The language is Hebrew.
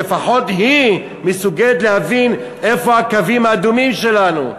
לפחות היא מסוגלת להבין איפה הקווים האדומים שלנו.